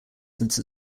since